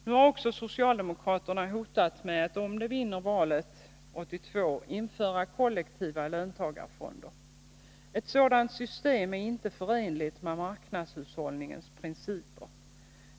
Nu har socialdemokraterna hotat med att om de vinner valet i år införa kollektiva löntagarfonder. Ett sådant system är inte förenligt med marknads hushållningens principer.